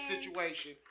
situation